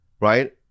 right